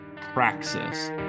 praxis